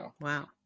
Wow